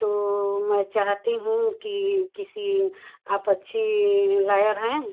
तो मैं चाहती हूँ कि किसी आप अच्छी लायर हैं